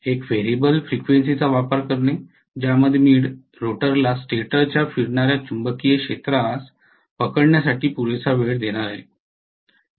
एक variable frequency चा वापर करणे ज्यामध्ये मी रोटरला स्टेटर च्या फिरणार्या चुंबकीय क्षेत्रास पकडण्यासाठी पुरेसा वेळ देणार आहे